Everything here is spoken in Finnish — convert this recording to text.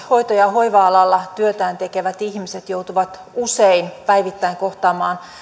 hoito ja hoiva alalla työtään tekevät ihmiset joutuvat usein päivittäin kohtaamaan